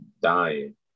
dying